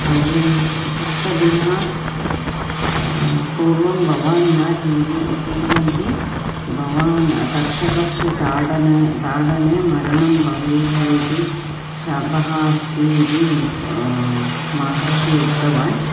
पर्यन्तं सप्तदिनात् पूर्वं भवान् न जीविनः जीवन्ति भवान् तक्षकस्य ताडनं ताडने मरणं भवेयुः इति शापः अस्ति इति महर्षिः उक्तवान्